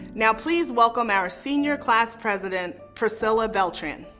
now please welcome our senior class president, priscilla beltran.